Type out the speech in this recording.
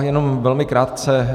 Jenom velmi krátce.